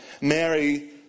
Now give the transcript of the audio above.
Mary